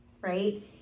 right